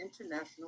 International